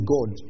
God